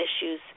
issues